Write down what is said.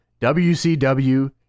WCW